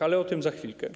Ale o tym za chwilkę.